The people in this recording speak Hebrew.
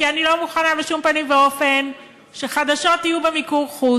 כי אני לא מוכנה בשום פנים ואופן שחדשות יהיו במיקור-חוץ.